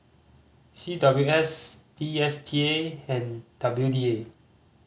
C W S D S T A and W D A